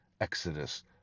Exodus